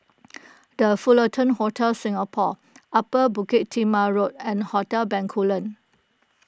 the Fullerton Hotel Singapore Upper Bukit Timah Road and Hotel Bencoolen